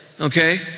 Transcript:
okay